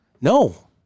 No